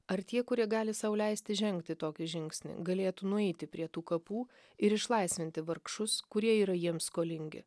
ar tie kurie gali sau leisti žengti tokį žingsnį galėtų nueiti prie tų kapų ir išlaisvinti vargšus kurie yra jiems skolingi